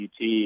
UT